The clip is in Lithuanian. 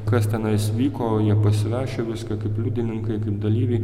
kas tenais vyko jie pasirašė viską kaip liudininkai kaip dalyviai